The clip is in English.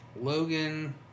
Logan